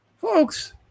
folks